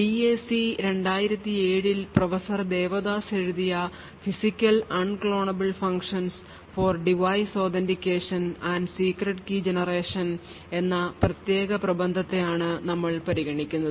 DAC 2007 ൽ professor Devadas എഴുതിയ "Physical Unclonable Functions for Device Authentication and Secret Key Generation" എന്ന പ്രത്യേക പ്രബന്ധത്തെ ആണ് നമ്മൾ പരിഗണിക്കുന്നത്